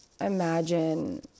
imagine